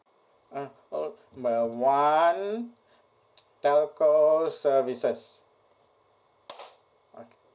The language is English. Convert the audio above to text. uh call number one telco services okay